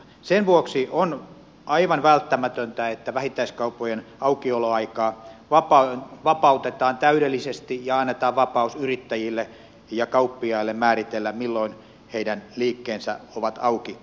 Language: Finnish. sen vuoksi on aivan välttämätöntä että vähittäiskauppojen aukioloaikaa vapautetaan täydellisesti ja annetaan vapaus yrittäjille ja kauppiaille määritellä milloin heidän liikkeensä ovat auki